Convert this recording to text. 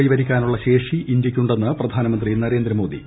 കൈവരിക്കാനുള്ള ശേഷി ഇന്തൃയ്ക്കുണ്ടെന്ന് പ്രധാനമന്ത്രി നരേന്ദ്രമോദി